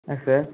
yes sir